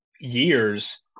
years